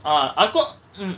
ah ako mm